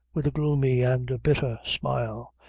with a gloomy and a bitter smile,